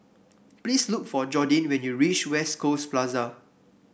please look for Jordin when you reach West Coast Plaza